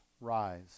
rise